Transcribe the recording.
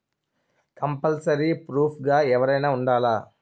Compulsory proof గా ఎవరైనా ఉండాలా?